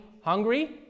hungry